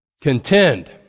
contend